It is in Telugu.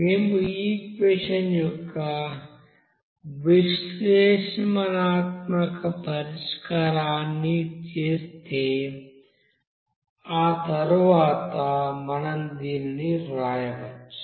మేము ఈ ఈక్వెషన్ యొక్క విశ్లేషణాత్మక పరిష్కారాన్ని చేస్తే ఆ తరువాత మనం దీనిని వ్రాయవచ్చు